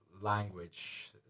language